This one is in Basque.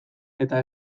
eta